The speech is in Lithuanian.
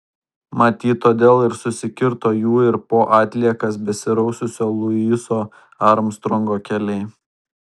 matyt todėl ir susikirto jų ir po atliekas besiraususio luiso armstrongo keliai